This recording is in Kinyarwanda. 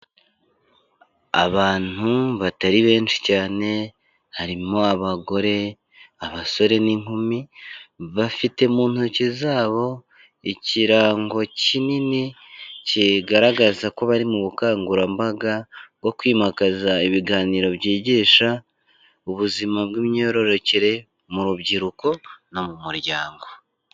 Abantu batari benshi cyane harimo abagore, abasore n'inkumi bafite mu ntoki zabo ikirango kinini kigaragaza ko bari mu bukangurambaga bwo kwimakaza ibiganiro byigisha ubuzima bw'imyororokere mu rubyiruko no mu muryango.